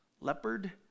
leopard